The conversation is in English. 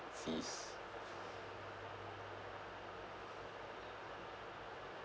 fees